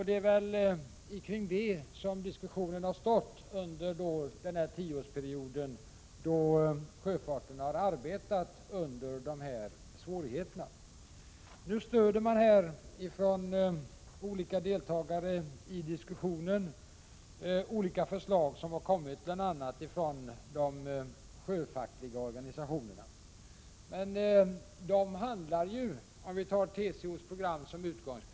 Det är väl kring det som diskussionen har stått under den här tioårsperioden, då sjöfarten arbetat under dessa svåra villkor. Olika deltagare i den här diskussionen stöder olika förslag som framlagts, bl.a. av de sjöfackliga organisationerna. Låt oss ta TCO:s program som utgångspunkt!